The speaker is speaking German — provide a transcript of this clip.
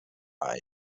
ein